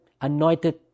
anointed